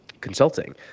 consulting